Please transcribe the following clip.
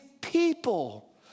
people